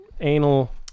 anal